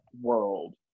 world